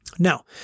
Now